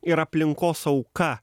ir aplinkos auka